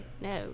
no